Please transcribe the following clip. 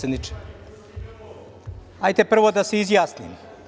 Hajde prvo da se izjasnim.